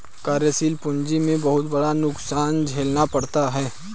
कार्यशील पूंजी में बहुत बड़ा नुकसान झेलना पड़ता है